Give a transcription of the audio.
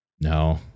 no